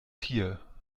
tier